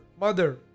mother